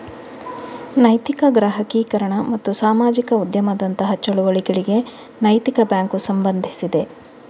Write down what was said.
ನೈತಿಕ ಗ್ರಾಹಕೀಕರಣ ಮತ್ತು ಸಾಮಾಜಿಕ ಉದ್ಯಮದಂತಹ ಚಳುವಳಿಗಳಿಗೆ ನೈತಿಕ ಬ್ಯಾಂಕು ಸಂಬಂಧಿಸಿದೆ